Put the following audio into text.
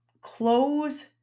close